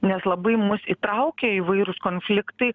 nes labai mus įtraukia įvairūs konfliktai